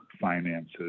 finances